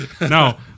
No